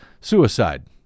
suicide